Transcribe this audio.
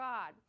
God